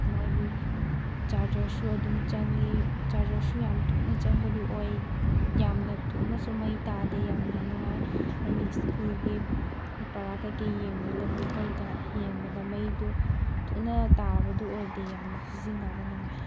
ꯃꯥꯒꯤ ꯆꯥꯔꯖꯔꯁꯨ ꯑꯗꯨꯝ ꯆꯪꯏ ꯆꯥꯔꯖꯔꯁꯨ ꯌꯥꯝ ꯊꯨꯅ ꯆꯪꯕꯗꯨ ꯑꯣꯏ ꯌꯥꯝꯅ ꯊꯨꯅꯁꯨ ꯃꯩ ꯇꯥꯗꯦ ꯌꯥꯝꯅ ꯅꯨꯡꯉꯥꯏ ꯑꯩꯒꯤ ꯁ꯭ꯀꯨꯜꯒꯤ ꯄꯥꯔꯥ ꯀꯩꯀꯩ ꯌꯦꯡꯕꯗ ꯒꯨꯒꯜꯗ ꯌꯦꯡꯕꯗ ꯃꯩꯗꯨ ꯊꯨꯅ ꯇꯥꯕꯗꯨ ꯑꯣꯏꯗꯦ ꯌꯥꯝꯅ ꯁꯤꯖꯤꯟꯅꯕ ꯅꯨꯡꯉꯥꯏ